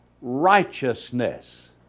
Righteousness